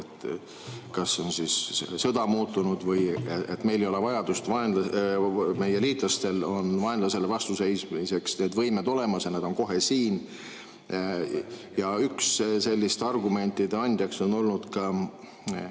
et sõda on muutunud või meil ei ole vajadust, sest meie liitlastel on vaenlasele vastu seismiseks need võimed olemas ja nad on kohe siin. Üks selliste argumentide andja on olnud ka